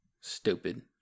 stupid